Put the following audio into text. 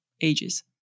ages